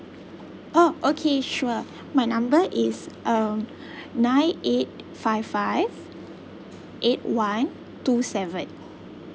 oh okay sure my number is um nine eight five five eight one two seven